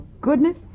goodness